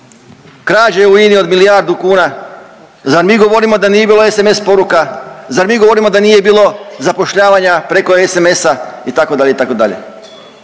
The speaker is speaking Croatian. krađe u INA-i od milijardu kuna? Zar mi govorimo da nije bilo SMS poruka? Zar mi govorimo da nije bilo zapošljavanja preko SMS-a itd.,